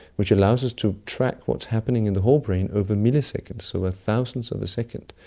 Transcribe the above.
which allows us to track what's happening in the whole brain over milliseconds, so a thousandth of a second.